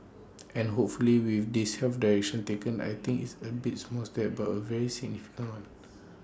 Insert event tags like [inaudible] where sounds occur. and hopefully with this health direction taken I think it's aim be small step but A very significant one [noise]